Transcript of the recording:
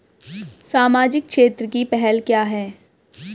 सामाजिक क्षेत्र की पहल क्या हैं?